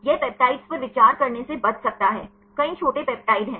यह पेप्टाइड्स पर विचार करने से बच सकता है कई छोटे पेप्टाइड हैं